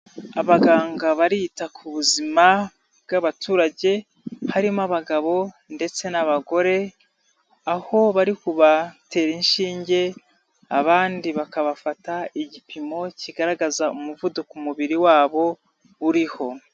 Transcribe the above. Abaganga barita ku buzima bw'abaturage harimo abagabo ndetse n'abagore, aho bari kubatera inshinge abandi bakabafata igipimo kigaragaza umuvuduko umubiri wabo uriho.